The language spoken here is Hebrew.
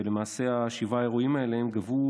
ולמעשה שבעה האירועים האלה גבו,